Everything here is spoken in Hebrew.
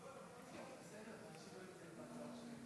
ההצעה להעביר את הנושא